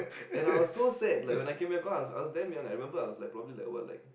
and I was so sad like when I came back cause I was damn young I remember I was like probably like